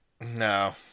No